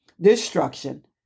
destruction